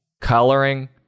coloring